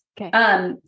Okay